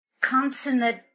consonant